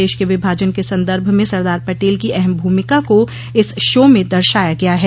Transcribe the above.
देश के विभाजन के संदर्भ में सरदार पटेल की अहम भूमिका को इस शो में दर्शाया गया है